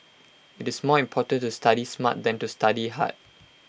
IT is more important to study smart than to study hard